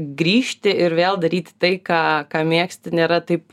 grįžti ir vėl daryti tai ką ką mėgsti nėra taip